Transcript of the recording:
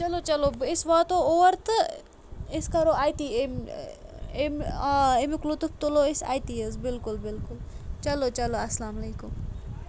چلو چلو أسۍ واتِو اور تہٕ أسۍ کَرو اَتی اَمہِ اَمہِ آ اَمیُک لُطُف تُلو أسۍ اَتی حظ بِلکُل بِلکُل چلو چلو اسلام علیکُم